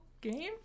game